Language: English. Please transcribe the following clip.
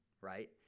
right